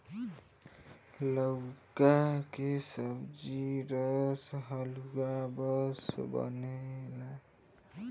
लउका के सब्जी, रस, हलुआ सब बनेला